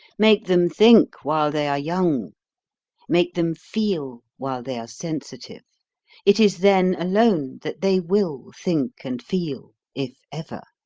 make them think while they are young make them feel while they are sensitive it is then alone that they will think and feel, if ever.